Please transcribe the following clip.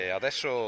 adesso